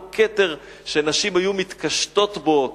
אותו כתר שנשים היו מתקשטות בו,